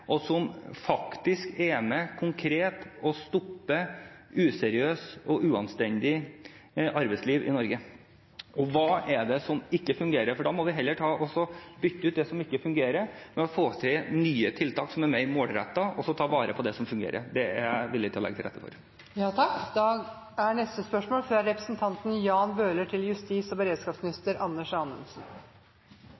og som faktisk konkret er med på å stoppe useriøs og uanstendig arbeidsliv i Norge, og hva det er som ikke fungerer, for da må vi heller bytte ut det som ikke fungerer, og få til nye tiltak som er mer målrettet, og ta vare på det som fungerer. Det er jeg villig til å legge til rette for. Jeg tillater meg å stille følgende spørsmål